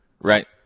Right